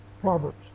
Proverbs